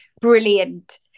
brilliant